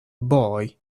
boy